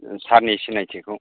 सारनि सिनायथिखौ